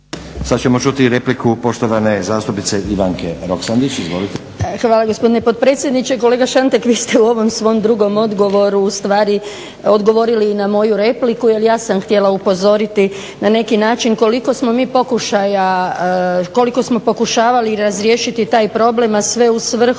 Sad ćemo čuti i repliku poštovane zastupnice Ivanke Roksandić. Izvolite. **Roksandić, Ivanka (HDZ)** Hvala gospodine potpredsjedniče. Kolega Šantek vi ste u ovom svom drugom odgovoru ustvari odgovorili i na moju repliku jer ja sam htjela upozoriti na neki način koliko smo mi pokušavali razriješiti taj problem, a sve u svrhu